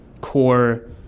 core